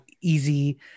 easy